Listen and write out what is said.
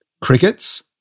crickets